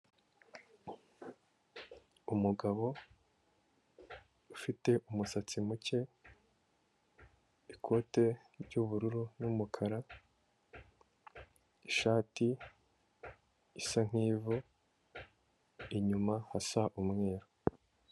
Umugabo ufite umusatsi muke, ikote ry'ubururu n'umukara, ishati isa nk'ivu, inyuma hasa umweru.